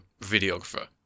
videographer